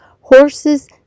horses